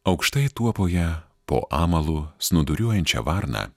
aukštai tuopoje po amalu snūduriuojančią varną